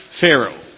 Pharaoh